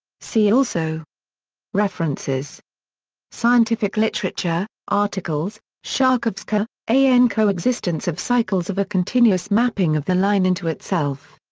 see also references scientific literature articles sharkovskii, a n. co-existence of cycles of a continuous mapping of the line into itself.